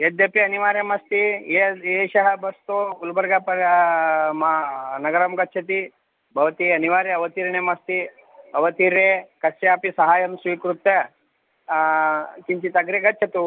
यद्यपि अनिवार्यमस्ति ए एषः बस्तु गल्बर्गानगरं गच्छति भवती अनिवार्ये अवतीर्णमस्ति अवतीर्य कस्यापि सहाय्यं स्वीकृत्य किञ्चित् अग्रे गच्छतु